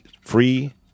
Free